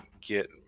get